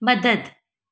मददु